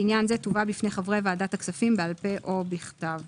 -- "בעניין זה תובא בפני חברי ועדת הכספים בעל פה או בכתב".